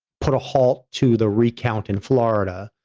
put a halt to the recount in florida,